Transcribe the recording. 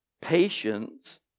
Patience